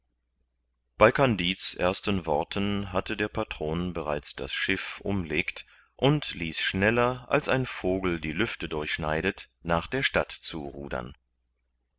bei kandid's ersten worten hatte der patron bereits das schiff umlegt und ließ schneller als ein vogel die lüfte durchschneidet nach der stadt zu rudern